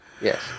Yes